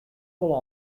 wol